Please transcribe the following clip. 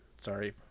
Sorry